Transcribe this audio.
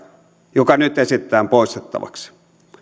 joka nyt esitetään poistettavaksi